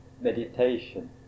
meditation